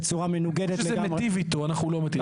בצורה מנוגדת --- איפה שזה מטיב איתו אנחנו לא מכירים,